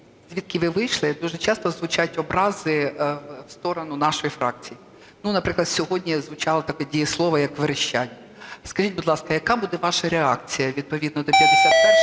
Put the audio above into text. звідки ви вийшли, дуже часто звучать образи в сторону нашої фракції. Наприклад, сьогодні звучало таке дієслово, як "верещать". Скажіть, будь ласка, яка буде ваша реакція відповідно до 51,